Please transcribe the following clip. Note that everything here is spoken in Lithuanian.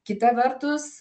kita vertus